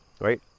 Right